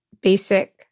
basic